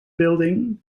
building